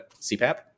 CPAP